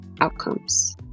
outcomes